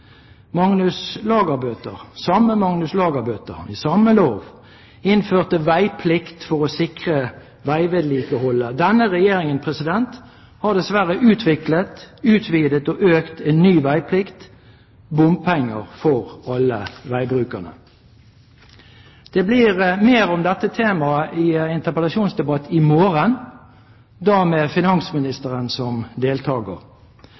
samme Magnus Lagabøte innførte i samme lov veiplikt for å sikre veivedlikeholdet. Denne regjeringen har dessverre utviklet, utvidet og økt en ny veiplikt: bompenger for alle veibrukerne. Det blir mer om dette temaet i en interpellasjonsdebatt i morgen, da med finansministeren som deltager.